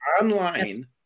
online